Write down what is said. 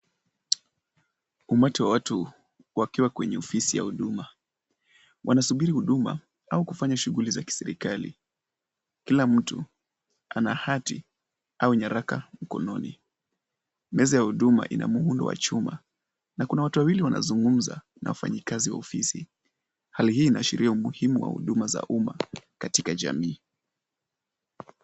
Umati wa watu kwakuwa kwenye ofisi ya huduma, wanasubiri huduma au kufanya shughuli za kiserikali. Kila mtu ana hati au nyaraka mkononi. Meza ya huduma, una muundo wa chuma na kuna watu wawili wanazungumza na wafanyikazi wa ofisi. Hali hii inaashiria umuhimu wa huduma za umma katika jamii.